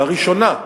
לראשונה,